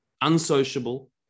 unsociable